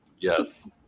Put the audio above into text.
yes